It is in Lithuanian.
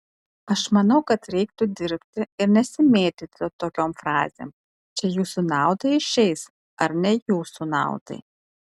aš manau kad reiktų dirbti ir nesimėtyti tokiom frazėm čia jūsų naudai išeis ar ne jūsų naudai